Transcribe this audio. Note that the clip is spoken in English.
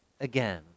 again